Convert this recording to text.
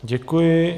Děkuji.